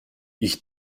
ich